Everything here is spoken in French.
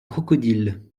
crocodile